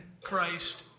Christ